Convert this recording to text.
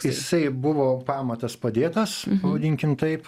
jisai buvo pamatas padėtas pavadinkim taip